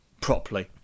properly